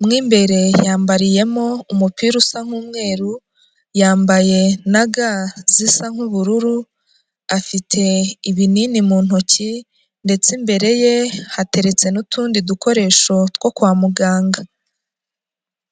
Mo imbere yambariyemo umupira usa nk'umweru, yambaye na ga zisa nk'ubururu, afite ibinini mu ntoki, ndetse imbere ye hateretse n'utundi dukoresho two kwa muganga.